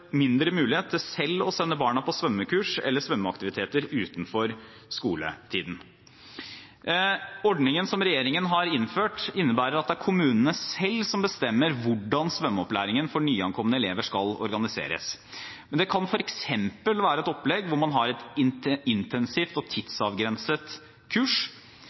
mindre mulighet til selv å sende barna på svømmekurs eller svømmeaktiviteter utenfor skoletiden. Ordningen som regjeringen har innført, innebærer at det er kommunene selv som bestemmer hvordan svømmeopplæringen for nyankomne elever skal organiseres, men det kan f.eks. være et opplegg hvor man har et intensivt og tidsavgrenset kurs,